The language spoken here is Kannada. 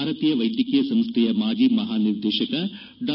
ಭಾರತೀಯ ವೈದ್ಯಕೀಯ ಸಂಶೈಯ ಮಾಜಿ ಮಹಾನಿರ್ದೇಶಕ ಡಾ